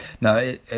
No